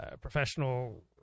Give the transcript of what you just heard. professional